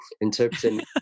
Interpreting